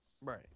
Right